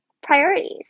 priorities